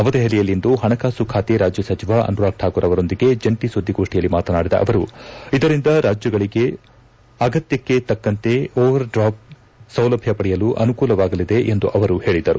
ನವದೆಹಲಿಯಲ್ಲಿಂದು ಪಣಕಾಸು ಖಾತೆ ರಾಜ್ಯ ಸಚಿವ ಅನುರಾಗ್ ಠಾಕೂರ್ ಅವರೊಂದಿಗೆ ಜಂಟಿ ಸುದ್ದಿಗೋಷ್ಠಿಯಲ್ಲಿ ಮಾತನಾಡಿದ ಅವರು ಇದರಿಂದ ರಾಜ್ಯಗಳಿಗೆ ಅಗತ್ಯಕ್ಷೆ ತಕ್ಕಂತೆ ಓವರ್ ಡ್ರಾಪ್ ಸೌಲಭ್ಯ ಪಡೆಯಲು ಅನುಕೂಲವಾಗಲಿದೆ ಎಂದು ಅವರು ಹೇಳಿದರು